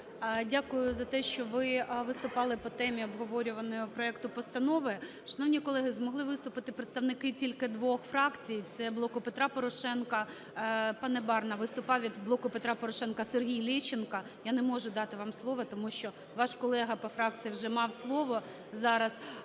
Дякую за те, що ви виступали по темі обговорюваного проекту постанови. Шановні колеги, змогли виступити представники тільки двох фракцій, це "Блоку Петра Порошенка". Пане Барна виступав від "Блоку Петра Порошенка". Сергій Лещенко, я не можу дати вам слово, тому що ваш колега по фракції вже мав слово зараз.